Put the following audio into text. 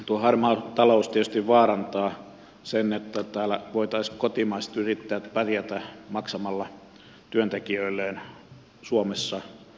tuo harmaa talous tietysti vaarantaa sen että täällä voisivat kotimaiset yrittäjät pärjätä maksamalla työntekijöilleen suomessa normaalia palkkaa